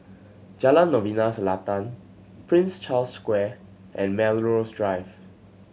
Jalan Novena Selatan Prince Charles Square and Melrose Drive